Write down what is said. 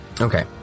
Okay